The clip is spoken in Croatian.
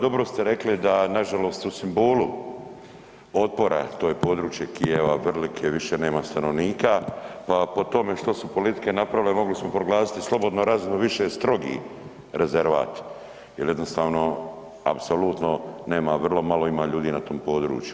Dobro ste rekli, da nažalost u simbolu otpora, to je područje Kijeva, Vrlike, više nema stanovnika, pa po tome što su politike napravile, mogli smo proglasiti slobodno razinu više strogi rezervat jer jednostavno, apsolutno nema, vrlo malo ima ljudi na tom području.